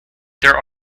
there